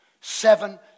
Seven